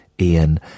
Ian